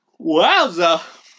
Wowza